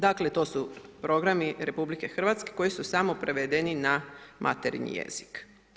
Dakle to su programi RH koji su samo prevedeni na materinji jezik.